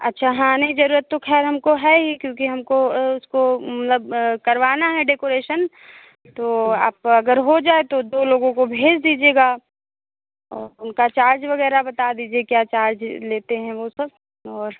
अच्छा हाँ नहीं जरुरत तो खैर हमको है ही क्योंकि हमको उसको मतलब करवाना है डेकोरेशन तो आप अगर हो जाए तो दो लोगों को भेज़ दीजिएगा और उनका चार्ज वगैरह बता दीजिए क्या चार्ज लेते हैं वो सब और